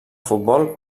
futbol